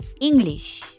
English